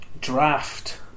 draft